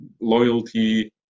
Loyalty